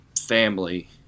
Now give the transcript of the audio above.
family